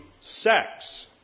sex